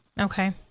Okay